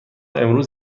امروز